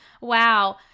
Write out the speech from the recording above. Wow